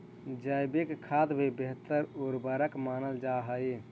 जैविक खाद भी बेहतर उर्वरक मानल जा हई